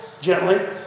gently